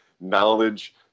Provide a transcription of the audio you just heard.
knowledge